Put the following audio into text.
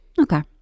Okay